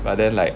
but then like